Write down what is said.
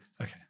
Okay